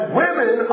women